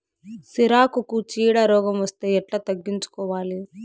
సిరాకుకు చీడ రోగం వస్తే ఎట్లా తగ్గించుకోవాలి?